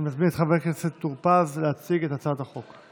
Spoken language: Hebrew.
אני מזמין את חבר הכנסת טור פז להציג את הצעת החוק.